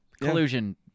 collusion